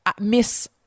miss